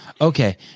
Okay